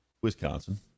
Wisconsin